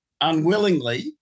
unwillingly